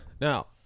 Now